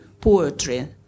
poetry